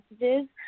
messages